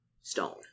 stone